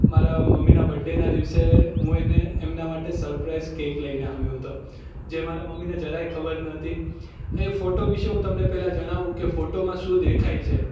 મારા મમ્મીના બર્થડેના દિવસે હું એને એમનાં માટે સરપ્રાઈઝ કેક લઈને આવ્યો હતો જે મારાં મમ્મીને જરાય ખબર ન હતી એ ફોટો વિશે હું તમને પહેલાં જણાવું કે ફોટોમાં શું દેખાય છે